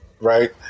Right